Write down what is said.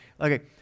Okay